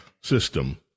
system